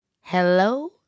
Hello